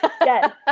Yes